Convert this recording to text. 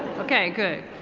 okay good.